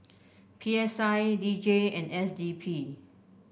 P S I D J and S D P